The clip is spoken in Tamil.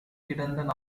கிடந்த